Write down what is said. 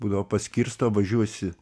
būdavo paskirsto važiuosi